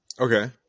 okay